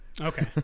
Okay